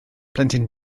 plentyn